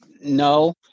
no